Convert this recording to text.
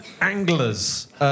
Anglers